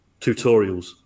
tutorials